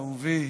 אהובי,